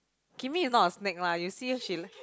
Kimmy is not a snake lah you see she